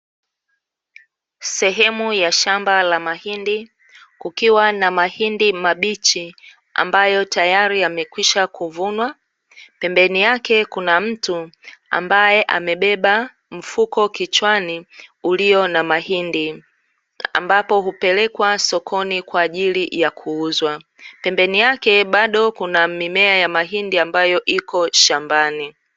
Sehemu ya shamba la mahindi kukiwa na mahindi mabichi ambayo tayari yamekwisha kuvunwa, pembeni yake kuna mtu ambaye amebeba mfuko kichwani ulio na mahindi, ambapo hupelekwa sokoni kwa ajili ya kuuzwa; pembeni yake bado kuna mimea ya mahindi ambayo iko shambani.